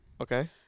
Okay